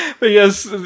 yes